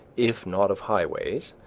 if not of highways,